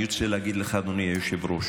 אני רוצה להגיד לך, אדוני היושב-ראש,